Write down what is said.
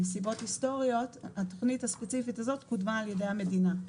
מסיבות היסטוריות התוכנית הספציפית הזאת קודמה על ידי המדינה.